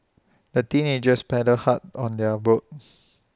the teenagers paddled hard on their boat